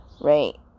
right